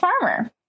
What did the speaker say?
Farmer